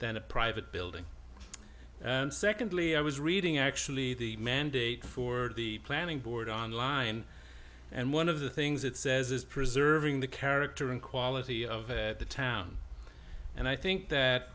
than a private building and secondly i was reading actually the mandate for the planning board online and one of the things it says is preserving the character and quality of it the town and i think that